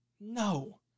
No